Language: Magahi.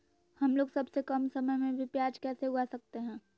हमलोग सबसे कम समय में भी प्याज कैसे उगा सकते हैं?